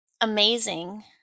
amazing